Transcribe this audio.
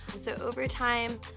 so over time,